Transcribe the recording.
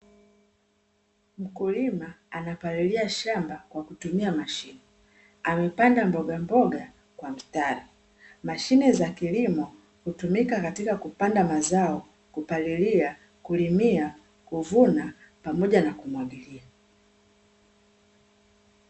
Mkulima anapalilia shamba kwa kutumia mashine, amepanda mbogamboga kwa mstari. Mashine za kilimo hutumika katika kupanda mazao, kupalilia, kulimia, kuvuna pamoja na kumwagilia.